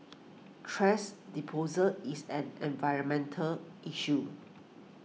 thrash disposal is an environmental issue